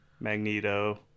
Magneto